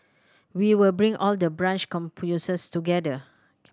we will bring all the branch campuses together